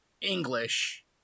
English